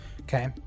Okay